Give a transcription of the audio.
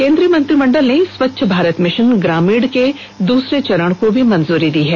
केंद्रीय मंत्रिमंडल ने स्वच्छ भारत मिशन ग्रामीण के दूसरे चरण को भी मंजूरी दी है